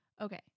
Okay